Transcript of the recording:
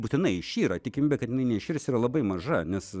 būtinai išyra tikimybė kad jinai neiširs yra labai maža nes